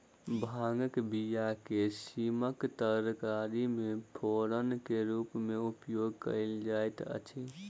भांगक बीया के सीमक तरकारी मे फोरनक रूमे उपयोग कयल जाइत अछि